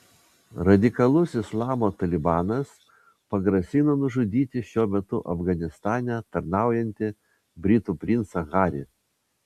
radikalus islamo talibanas pagrasino nužudyti šiuo metu afganistane tarnaujantį britų princą harį